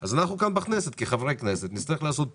אז אנחנו כאן בכנסת כחברי כנסת נצטרך לעשות פעולה,